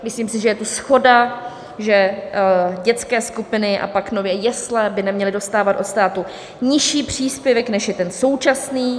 Myslím si, že je tu shoda, že dětské skupiny a pak nově jesle by neměly dostávat od státu nižší příspěvek, než je ten současný.